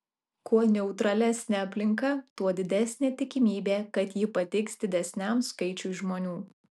kuo neutralesnė aplinka tuo didesnė tikimybė kad ji patiks didesniam skaičiui žmonių